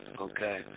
okay